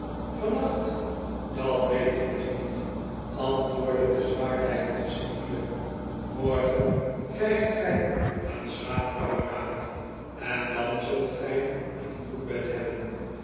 vannacht dat weet ik nog niet antwoordde de zwaarlijvige cipier mor gen krijgt gij een slaapkameraad en dan zult gij een goed bed hebben